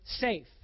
safe